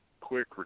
quick